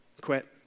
quit